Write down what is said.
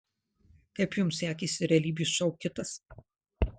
kaip jums sekėsi realybės šou kitas